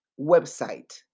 website